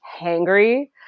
hangry